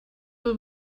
will